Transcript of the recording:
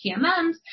PMMs